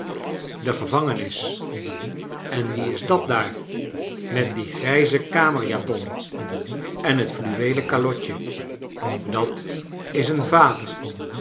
de gevangenisl en wie is dat daar met die grijze kamerjapon en het fuweelen calotje dat is een vaderl